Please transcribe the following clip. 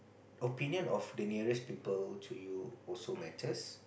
opinion of the nearest people to you also matters